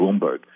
Bloomberg